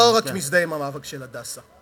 אני לא רק מזדהה עם המאבק של "הדסה".